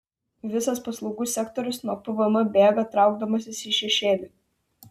visas paslaugų sektorius nuo pvm bėga traukdamasis į šešėlį